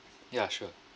yeah sure can